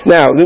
Now